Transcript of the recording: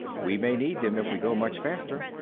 we may need them if we go much faster.